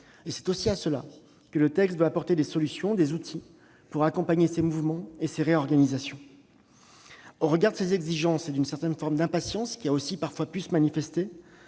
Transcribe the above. et périurbains. Ce texte prévoit d'apporter des solutions, des outils, pour accompagner ces mouvements et ces réorganisations. Au regard de ces exigences et d'une certaine forme d'impatience qui a pu aussi parfois se manifester,